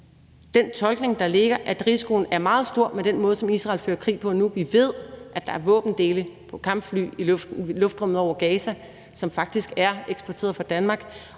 den tolkning, der ligger, om, at risikoen er meget stor med den måde, som Israel fører krig på nu. Vi ved, at der er våbendele på kampfly i luftrummet over Gaza, som faktisk er eksporteret fra Danmark,